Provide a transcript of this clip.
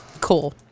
Cool